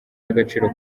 y’agaciro